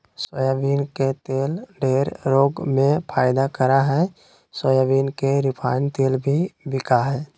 soybean के तेल ढेर रोग में फायदा करा हइ सोयाबीन के रिफाइन तेल भी बिका हइ